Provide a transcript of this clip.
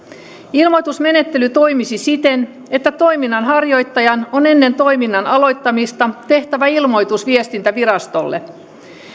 ilmoitusmenettely toimisi siten että toiminnanharjoittajan on ennen toiminnan aloittamista tehtävä ilmoitus viestintävirastolle